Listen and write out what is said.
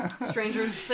Strangers